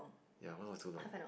ya one hour too long